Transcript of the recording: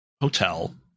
hotel